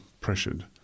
pressured